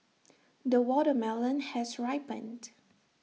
the watermelon has ripened